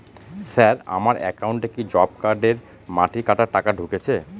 Sir আমার একাউন্টে কি জব কার্ডের মাটি কাটার টাকা ঢুকেছে?